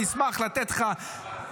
אני אשמח לתת לך,